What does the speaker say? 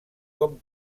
com